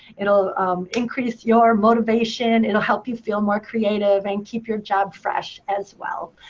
it'll increase your motivation. it'll help you feel more creative, and keep your job fresh as well.